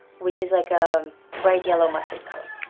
which is like a bright yellow mustard color,